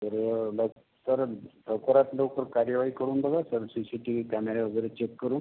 तर लवकरन् लवकरात लवकर कार्यवाही करून बघा sir C C T V कॅमेरे वगैरे चेक करून